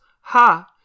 Ha